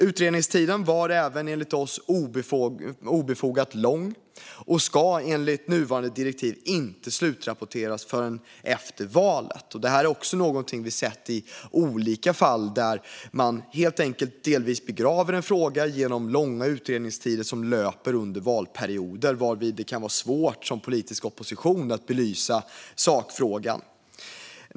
Utredningstiden har även, enligt oss, varit obefogat lång och ska enligt nuvarande direktiv inte slutrapporteras förrän efter valet. Det här är också något vi har sett i olika fall, där man helt enkelt delvis begraver en fråga genom långa utredningstider som löper under valperioder, varvid det kan vara svårt som politisk opposition att belysa sakfrågan.